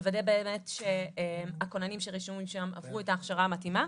מוודא שהכוננים שרשומים שם באמת עברו את ההכשרה המתאימה,